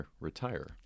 retire